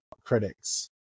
critics